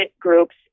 groups